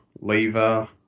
Lever